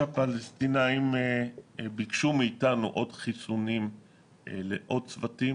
הפלסטינים ביקשו מאתנו עוד חיסונים לעוד צוותים.